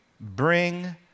bring